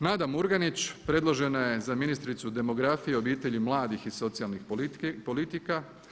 Nada Murganić predložena je za ministricu demografije, obitelji, mladih i socijalnih politika.